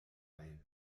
teil